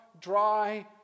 dry